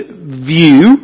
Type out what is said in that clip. view